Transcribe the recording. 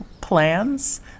plans